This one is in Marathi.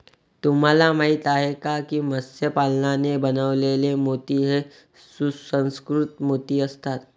तुम्हाला माहिती आहे का की मत्स्य पालनाने बनवलेले मोती हे सुसंस्कृत मोती असतात